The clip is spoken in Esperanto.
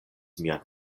mian